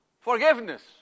forgiveness